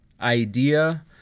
idea